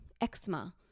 eczema